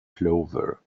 plover